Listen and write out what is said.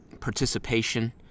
participation